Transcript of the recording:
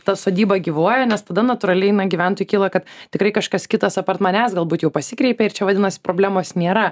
ta sodyba gyvuoja nes tada natūraliai na gyventojui kyla kad tikrai kažkas kitas apart manęs galbūt jau pasikreipė ir čia vadinasi problemos nėra